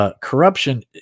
corruption